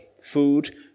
Food